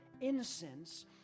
incense